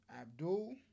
Abdul